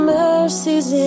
mercies